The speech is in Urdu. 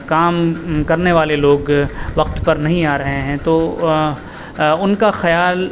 کام کرنے والے لوگ وقت پر نہیں آ رہے ہیں تو ان کا خیال